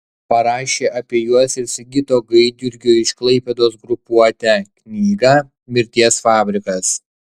parašė apie juos ir sigito gaidjurgio iš klaipėdos grupuotę knygą mirties fabrikas